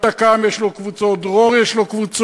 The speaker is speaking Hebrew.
התק"ם יש לו קבוצות, "דרור" יש לו קבוצות,